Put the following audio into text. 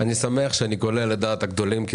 אני שמח שאני קולע לדעת הגדולים,